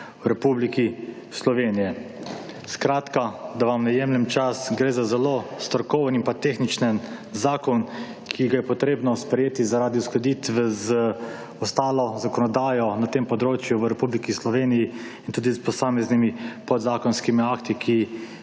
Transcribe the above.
v Republiki Sloveniji. Skratka, da vam ne jemljem čas, gre za zelo strokoven in pa tehničen zakon, ki ga je potrebno sprejeti zaradi uskladitve z ostalo zakonodajo na tem področju v Republiki Sloveniji in tudi s posameznimi podzakonskimi akti, ki